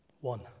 One